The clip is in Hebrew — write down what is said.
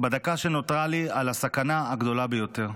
בדקה שנותרה לי, על הסכנה הגדולה ביותר: